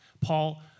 Paul